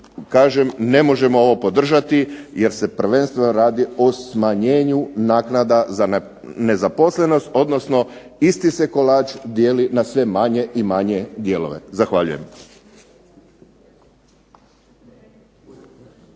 kažem ne možemo ovo podržati jer se prvenstveno radi o smanjenju naknada za nezaposlenost odnosno isti se kolač dijeli na sve manje i manje dijelove. Zahvaljujem.